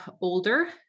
older